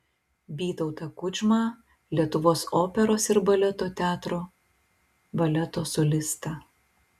vytautą kudžmą lietuvos operos ir baleto teatro baleto solistą